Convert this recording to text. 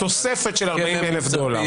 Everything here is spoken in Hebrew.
תוספת של 40 אלף דולר.